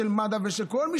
מד"א וכו'